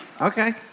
Okay